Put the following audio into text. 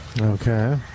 Okay